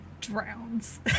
Drowns